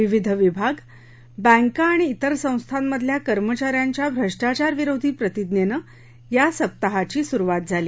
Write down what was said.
विविध विभाग बँका आणि इतर संस्थांमधल्या कर्मचा यांच्या भ्रष्टाचारविरोधी प्रतिज्ञेने या सप्ताहाची सुरूवात झाली